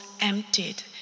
emptied